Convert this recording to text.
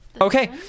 Okay